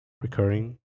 recurring